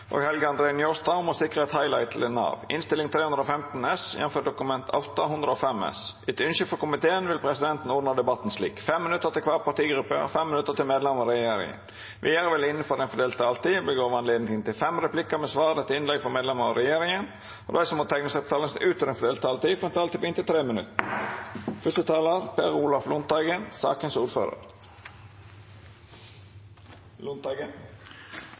vil presidenten ordna debatten slik: 5 minutt til kvar partigruppe og 5 minutt til medlemer av regjeringa. Vidare vil det – innanfor den fordelte taletida – vert gjeve anledning til inntil fem replikkar med svar etter innlegg frå medlemer av regjeringa, og dei som måtte teikna seg på talarlista utover den fordelte taletida, får ei taletid på inntil 3 minutt.